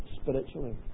spiritually